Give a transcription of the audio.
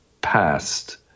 past